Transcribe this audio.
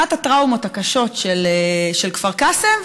אחת הטראומות הקשות של כפר קאסם,